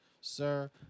Sir